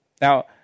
Now